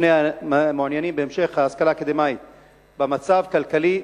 בפני המעוניינים בהמשך ההשכלה האקדמית במצב כלכלי,